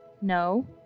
No